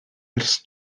ers